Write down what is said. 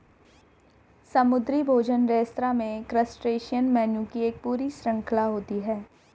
समुद्री भोजन रेस्तरां में क्रस्टेशियन मेनू की एक पूरी श्रृंखला होती है